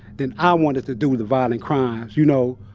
then i wanted to do the violent crimes, you know,